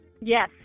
Yes